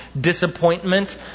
disappointment